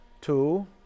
two